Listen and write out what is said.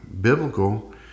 biblical